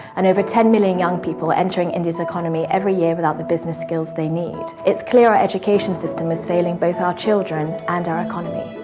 and over ten million young people entering india's economy every year without the business skills they need, it's clear our education system is failing both our children and our economy.